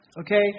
Okay